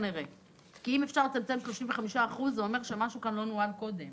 אם אפשר לצמצם ב-35% זה אומר שמשהו לא נוהל קודם